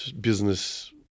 business